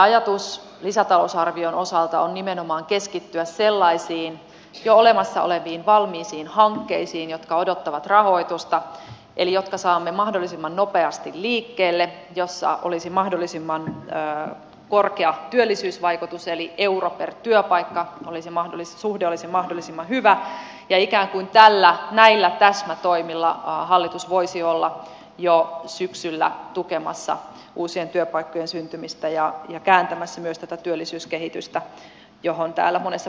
ajatus lisätalousarvion osalta on keskittyä nimenomaan sellaisiin jo olemassa oleviin valmiisiin hankkeisiin jotka odottavat rahoitusta eli jotka saamme mahdollisimman nopeasti liikkeelle joilla olisi mahdollisimman korkea työllisyysvaikutus eli euro per työpaikka suhde olisi mahdollisimman hyvä ja ikään kuin näillä täsmätoimilla hallitus voisi olla jo syksyllä tukemassa uusien työpaikkojen syntymistä ja myös kääntämässä tätä työllisyyskehitystä johon täällä monessa puheenvuorossa on viitattu